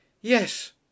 yes